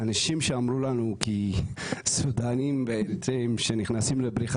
אנשים שאמרו לנו שסודנים ואריתראים שנכנסים לבריכה